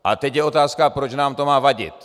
A teď je otázka, proč nám to má vadit.